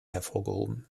hervorgehoben